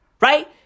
Right